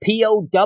POW